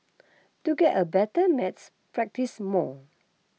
to get a better maths practise more